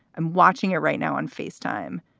i'm watching it right now. and face time,